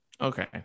okay